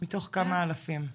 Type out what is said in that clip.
מתוך כמה אלפים.